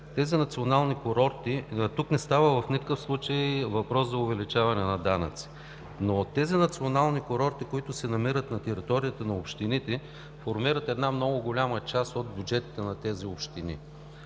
Тези национални курорти – тук в никакъв случай не става въпрос за увеличаване на данъци, но от тези национални курорти, които се намират на територията на общините, се формира една много голяма част от бюджетите на тези общини